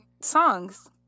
songs